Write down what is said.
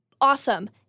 awesome